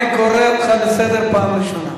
אני קורא אותך לסדר פעם ראשונה.